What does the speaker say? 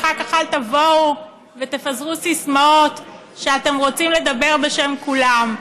אחר כך אל תבואו ותפזרו סיסמאות שאתם רוצים לדבר בשם כולם.